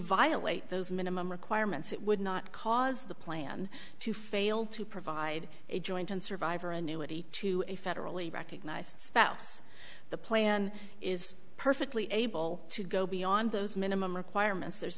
violate those minimum requirements that would not cause the plan to fail to provide a joint and survivor annuity to a federally recognized spouse the plan is perfectly able to go beyond those minimum